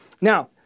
Now